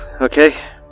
okay